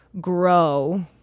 grow